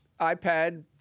iPad